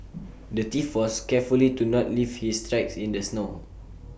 the thief was carefully to not leave his tracks in the snow